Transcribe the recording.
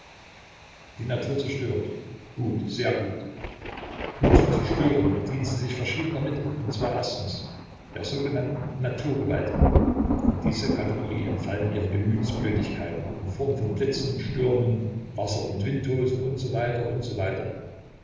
die natur zerstört gut sehr gut um zu zerstören bedient sie sich verschiedener mittel und zwar erstens der sogenannten naturgewalten in diese kategorie entfallen ihre gemütsblödigkeiten in form von blitzen stürmen wasser und windhosen u s w u s